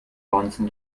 bonzen